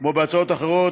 כמו בהצעות אחרות,